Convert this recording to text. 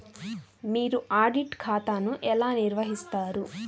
మీరు ఆడిట్ ఖాతాను ఎలా నిర్వహిస్తారు?